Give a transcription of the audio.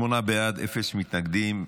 שמונה בעד, אפס מתנגדים.